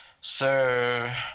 Sir